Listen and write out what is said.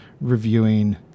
reviewing